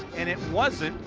and it wasn't.